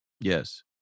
Yes